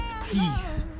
please